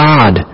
God